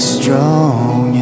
strong